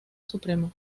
supremo